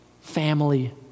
family